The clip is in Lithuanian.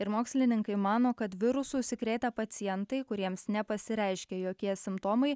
ir mokslininkai mano kad virusu užsikrėtę pacientai kuriems nepasireiškė jokie simptomai